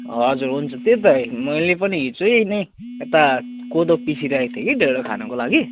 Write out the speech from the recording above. हजुर हुन्छ त्यही त मैले पनि हिजै नै यता कोदो पिसीरहेको थिएँ की ढेडो खानुको लागि